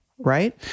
right